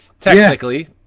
Technically